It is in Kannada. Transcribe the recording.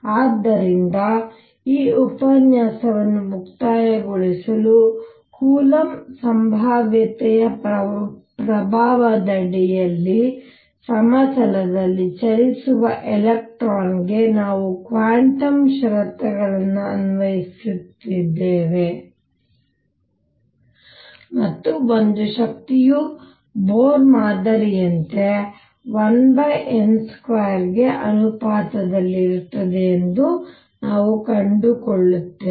ಆದ್ದರಿಂದ ಈ ಉಪನ್ಯಾಸವನ್ನು ಮುಕ್ತಾಯಗೊಳಿಸಲು ಕೂಲಂಬ್ ಸಂಭಾವ್ಯತೆಯ ಪ್ರಭಾವದಡಿಯಲ್ಲಿ ಸಮತಲದಲ್ಲಿ ಚಲಿಸುವ ಎಲೆಕ್ಟ್ರಾನ್ಗೆ ನಾವು ಕ್ವಾಂಟಮ್ ಷರತ್ತುಗಳನ್ನು ಅನ್ವಯಿಸಿದ್ದೇವೆ ಮತ್ತು ಒಂದು ಶಕ್ತಿಯು ಬೋರ್ ಮಾದರಿಯಂತೆಯೇ 1n2ಗೆ ಅನುಪಾತದಲ್ಲಿರುತ್ತದೆ ಎಂದು ನಾವು ಕಂಡುಕೊಳ್ಳುತ್ತೇವೆ